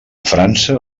frança